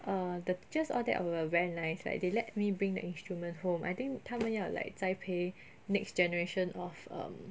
uh the teachers all that were very nice like they let me bring the instrument home I think 他们要 like 栽培 next generation of um